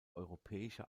europäische